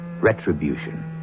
retribution